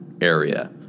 area